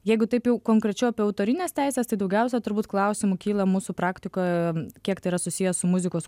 jeigu taip jau konkrečiau apie autorines teises tai daugiausiai turbūt klausimų kyla mūsų praktikoj kiek tai yra susiję su muzikos